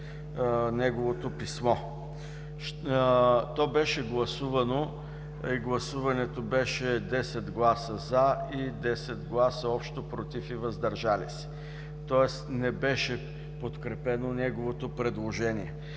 неговото писмо. То беше гласувано. Гласуването беше 10 гласа „за“ и 10 гласа общо „против“ и „въздържали се“. Тоест не беше подкрепено неговото предложение.